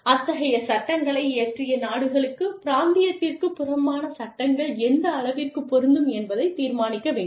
அத்தகைய சட்டங்களை இயற்றிய நாடுகளுக்கு பிராந்தியத்திற்குப் புறம்பான சட்டங்கள் எந்த அளவிற்குப் பொருந்தும் என்பதைத் தீர்மானிக்க வேண்டும்